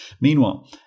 Meanwhile